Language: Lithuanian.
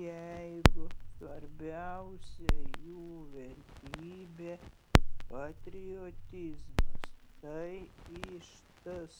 jeigu svarbiausia jų vertybė patriotizmas tai iš ts